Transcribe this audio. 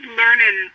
learning